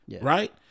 right